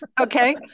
okay